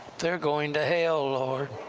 they're going to hell, lord,